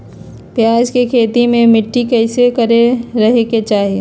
प्याज के खेती मे मिट्टी कैसन रहे के चाही?